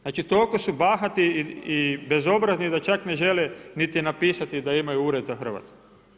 Znači toliko su bahati i bezobrazni, da čak ne žele niti napisati da imaju ured za Hrvatsku.